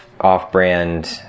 off-brand